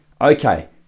okay